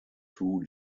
two